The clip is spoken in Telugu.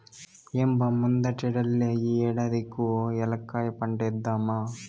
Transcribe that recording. ఏం బా ముందటేడల్లే ఈ ఏడాది కూ ఏలక్కాయ పంటేద్దామా